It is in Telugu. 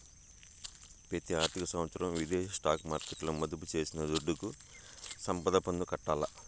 పెతి ఆర్థిక సంవత్సరం విదేశీ స్టాక్ మార్కెట్ల మదుపు చేసిన దుడ్డుకి సంపద పన్ను కట్టాల్ల